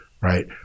Right